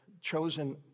chosen